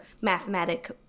mathematic